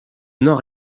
nord